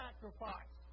Sacrifice